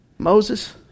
Moses